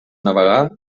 navegar